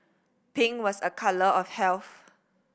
pink was a colour of health